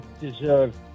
deserve